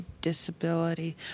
disability